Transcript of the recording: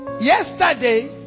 Yesterday